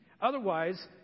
Otherwise